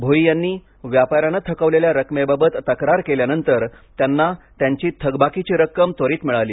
भोई यांनी व्यापाऱ्यानं थकवलेल्या रकमेबाबत तक्रार केल्यानंतर त्यांना त्यांची थकबाकीची रक्कम त्वरित मिळाली